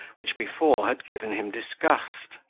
which before had given him disgust.